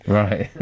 right